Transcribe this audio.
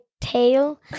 tail